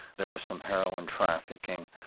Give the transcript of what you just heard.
there was some heroin trafficking,